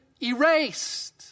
erased